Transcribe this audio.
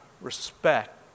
respect